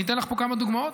אני אתן כמה דוגמאות.